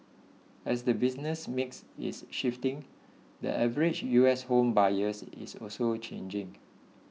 as the business mix is shifting the average U S home buyer is also changing